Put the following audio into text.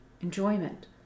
enjoyment